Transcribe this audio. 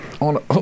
on